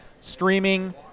Streaming